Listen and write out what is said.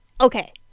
okay